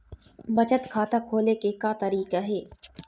बचत खाता खोले के का तरीका हे?